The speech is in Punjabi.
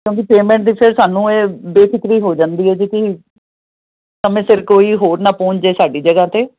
ਕਿਉਂਕੀ ਪੇਮੈਂਟ ਦੀ ਫਿਰ ਸਾਨੂੰ ਇਹ ਬੇਫਿਕਰੀ ਹੋ ਜਾਂਦੀ ਹੈ ਜੇ ਤੁਸੀਂ ਸਮੇਂ ਸਿਰ ਕੋਈ ਹੋਰ ਨਾ ਪਹੁੰਚ ਜੇ ਸਾਡੀ ਜਗ੍ਹਾ ਤੇ